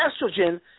estrogen